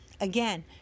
Again